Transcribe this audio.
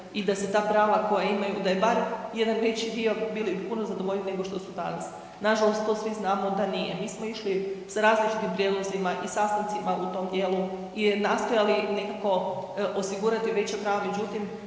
i da se ta prava koja imaju, da je bar jedan veći dio bili bi puno zadovoljniji nego što su danas. Nažalost to svi znamo da nije. Mi smo išli sa različitim prijedlozima i sastancima u tom dijelu i nastojali nekako osigurati veća prava, međutim